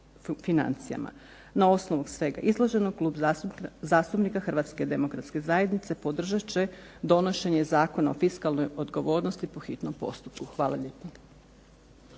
Na osnovu svega izloženog Klub zastupnika Hrvatske demokratske zajednice podržat će donošenje Zakona o fiskalnoj odgovornosti po hitnom postupku. Hvala lijepo.